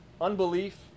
unbelief